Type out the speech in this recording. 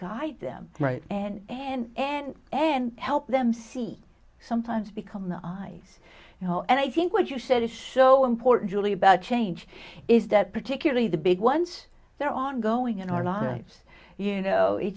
guide them and and and and help them see sometimes become the eyes you know and i think what you said is so important really about change is that particularly the big ones there ongoing in our lives you know it